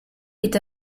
est